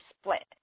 split